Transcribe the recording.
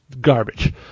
garbage